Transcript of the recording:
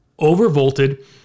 overvolted